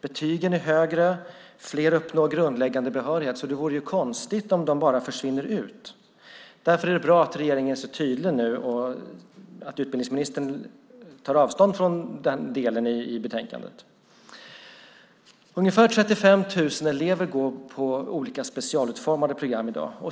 Betygen är högre, och fler uppnår grundläggande behörighet. Det vore konstigt om de bara försvann. Därför är det bra att regeringen är tydlig och utbildningsministern tar avstånd från det förslaget. Ungefär 35 000 elever går på olika specialutformade program i dag.